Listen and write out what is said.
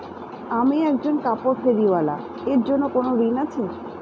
আমি একজন কাপড় ফেরীওয়ালা এর জন্য কোনো ঋণ আছে?